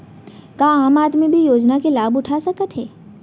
का आम आदमी भी योजना के लाभ उठा सकथे?